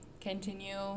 continue